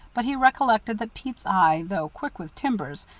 but he recollected that pete's eye, though quick with timbers,